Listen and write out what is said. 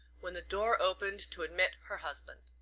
when the door opened to admit her husband.